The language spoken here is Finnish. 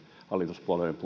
hallituspuolueiden